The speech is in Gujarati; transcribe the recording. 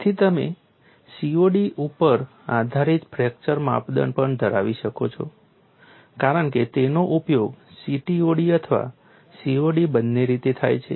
તેથી તમે COD ઉપર આધારિત ફ્રેક્ચર માપદંડ પણ ધરાવી શકો છો કારણ કે તેનો ઉપયોગ CTOD અથવા COD બંને રીતે થાય છે